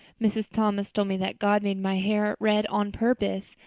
mrs. thomas told me that god made my hair red on purpose,